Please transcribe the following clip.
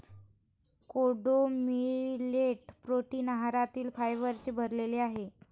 कोडो millet protein आहारातील फायबरने भरलेले आहे